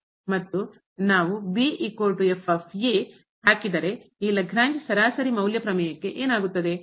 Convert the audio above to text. ಮತ್ತು ನಾವು ಹಾಕಿದರೆ ಈ ಲಾಗ್ರೇಂಜ್ ಸರಾಸರಿ ಮೌಲ್ಯ ಪ್ರಮೇಯಕ್ಕೆ ಏನಾಗುತ್ತದೆ